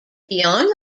beyond